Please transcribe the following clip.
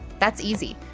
that's easy,